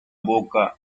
boca